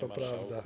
To prawda.